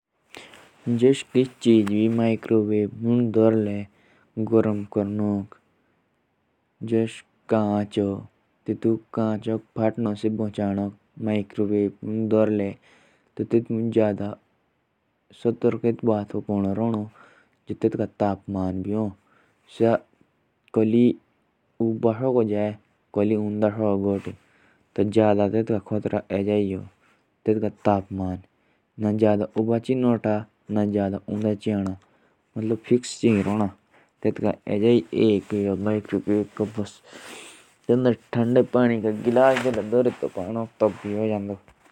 अगर कुच चीज को मशीन में गरम करने रखना है। तो उसको सिरफ इतना देखना है कि उसका टेम्प्रेचर हैग तो नी है ना।